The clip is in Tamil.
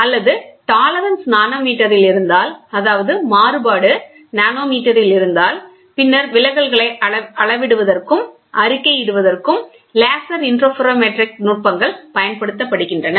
அல்லது டாலரன்ஸ் நானோமீட்டரில் இருந்தால் அதாவது மாறுபாடு நானோமீட்டரில் இருந்தால் பின்னர் விலகல்களை அளவிடுவதற்கும் அறிக்கையிடுவதற்கும் லேசர் இன்டர்ஃபெரோமெட்ரிக் நுட்பங்கள் பயன்படுத்தப்படுகின்றன